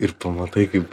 ir pamatai kaip